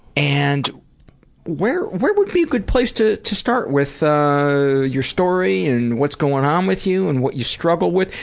and where where would be a good place to to start with ah your story and what's going on with you and what you struggle with.